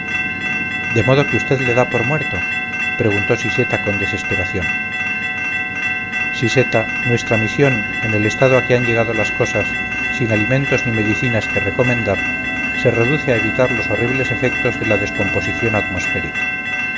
de modo que usted le da por muerto preguntó siseta con desesperación siseta nuestra misión en el estado a que han llegado las cosas sin alimentos ni medicinas que recomendar se reduce a evitar los horribles efectos de la descomposición atmosférica